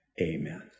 Amen